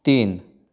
तीन